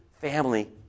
family